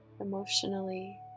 emotionally